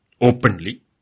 openly